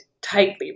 tightly